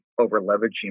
over-leveraging